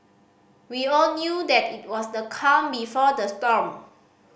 we all knew that it was the calm before the storm